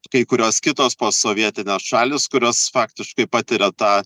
kai kurios kitos posovietinės šalys kurios faktiškai patiria tą